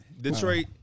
Detroit